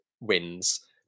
wins